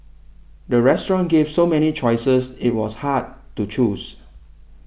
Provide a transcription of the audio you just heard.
the restaurant gave so many choices it was hard to choose